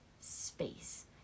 space